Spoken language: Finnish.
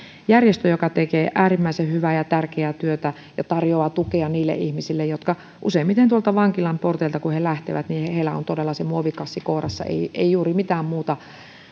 järjestö joka tekee äärimmäisen hyvää ja tärkeää työtä ja tarjoaa tukea niille ihmisille joilla useimmiten kun tuolta vankilan porteilta lähtevät on todella se muovikassi kourassa eikä juuri mitään muuta